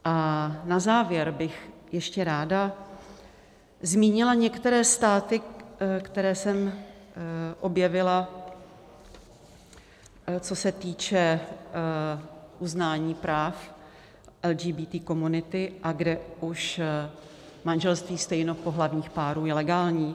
A na závěr bych ještě ráda zmínila některé státy, které jsem objevila, co se týče uznání práv LGBT komunity a kde už manželství stejnopohlavních párů je legální.